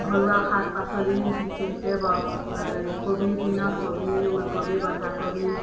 ঘৰুৱা শাক পাচলি বিশেষকে কবিৰ দিনত কবি ওলকবি বন্ধাকবি